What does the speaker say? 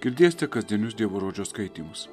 girdėsite kasdienius dievo žodžio skaitymus